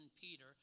Peter